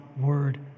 word